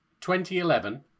2011